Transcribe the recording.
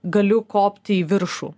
galiu kopti į viršų